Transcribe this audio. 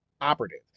operative